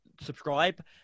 subscribe